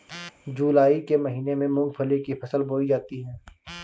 जूलाई के महीने में मूंगफली की फसल बोई जाती है